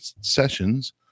sessions